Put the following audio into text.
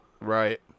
Right